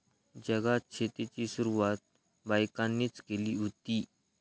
जगात शेतीची सुरवात बायकांनीच केली हुती